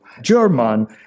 German